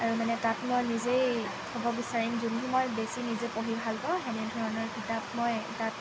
আৰু মানে তাত মই নিজেই থ'ব বিচাৰিম যোনটো মই বেছি নিজে পঢ়ি ভাল পাওঁ তেনেধৰণৰ কিতাপ মই তাত